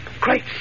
Great